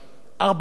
49